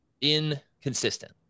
inconsistent